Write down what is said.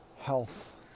health